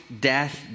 death